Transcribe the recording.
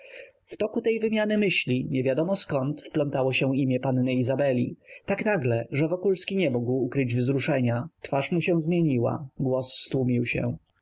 toku tej wymiany myśli niewiadomo zkąd wplątało się imię panny izabeli tak nagle że wokulski nie mógł ukryć wzruszenia twarz mu się zmieniła głos stłumił się